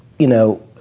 you know,